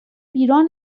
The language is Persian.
بیراه